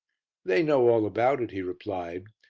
they know all about it, he replied,